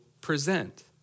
present